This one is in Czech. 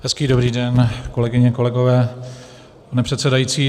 Hezký dobrý den, kolegyně, kolegové, pane předsedající.